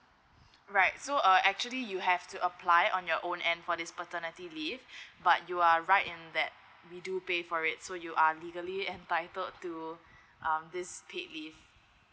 right so uh actually you have to apply on your own and for this paternity leave but you are right in that we do pay for it so you are legally entitled to um this paid leave